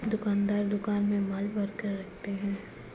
दुकानदार दुकान में माल भरकर रखते है